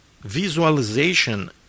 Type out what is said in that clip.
Visualization